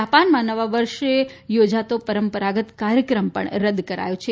જાપાનમાં નવા વર્ષ યોજાતો પરંપરાગત કાર્યક્રમ પણ રદ કરાયો છે